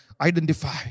identify